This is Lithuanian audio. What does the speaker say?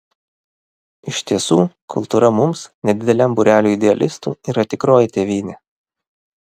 iš tiesų kultūra mums nedideliam būreliui idealistų yra tikroji tėvynė